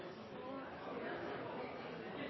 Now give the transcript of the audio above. så har